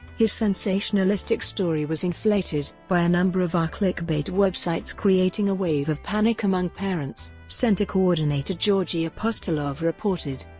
his sensationalistic story was inflated by a number of our clickbait websites creating a wave of panic among parents, centre coordinator georgi apostolov reported.